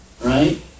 right